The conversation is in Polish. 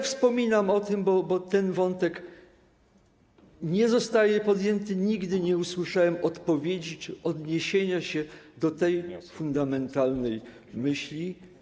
Wspominam o tym, bo ten wątek nie został podjęty, nigdy nie usłyszałem odpowiedzi czy odniesienia się do tej fundamentalnej myśli.